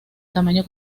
tamaño